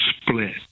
split